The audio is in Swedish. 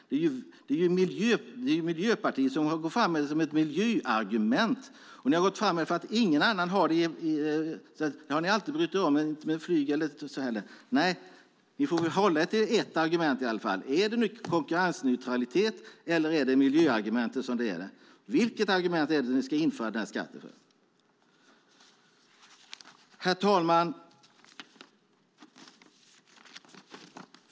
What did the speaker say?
Det är Miljöpartiet som har gått fram med det som ett miljöargument. Nej, ni får väl hålla er till ett argument i alla fall. Är det nu argumentet konkurrensneutralitet eller är det miljöargumentet som gäller? Vilket är argumentet för att införa den här skatten? Herr talman!